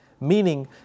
meaning